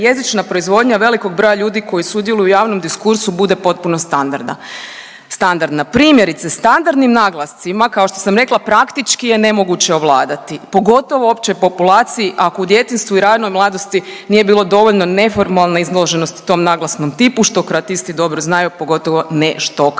jezična proizvodnja velikog broja ljudi koji sudjeluju u javnom diskursu bude potpuno standardna. Primjerice, standardnim naglascima, kao što sam rekla, praktički je nemoguće ovladati, pogotovo općoj populaciji ako u djetinjstvu i ranoj mladosti nije bilo dovoljno neformalne izloženosti tog naglasnom tipu, što kroatisti dobro znaju, pogotovo neštokavci.